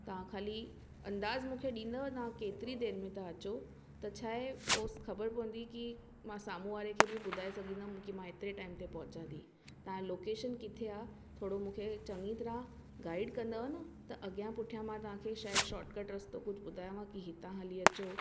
तव्हां ख़ाली अंदाज़ मूंखे ॾींदव तव्हां केतिरी देरि में था अचो त छाहे ओस ख़बर पवंदी की मां साम्हूं वारे खे बि ॿुधाए सघंदमि त मां हेतिरे टाइम ते पहुचां थी तव्हां लोकेशन किथे आहे थोरो चङी तरह गाइड कंदव न त अॻियां पुठियां मां तव्हांखे शायदि शोर्ट कट रस्तो कुझु ॿुधायांव थी हितां हली अचो